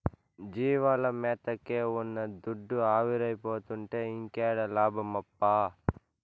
జీవాల మేతకే ఉన్న దుడ్డు ఆవిరైపోతుంటే ఇంకేడ లాభమప్పా